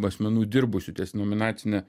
asmenų dirbusių ties nominacine